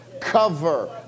cover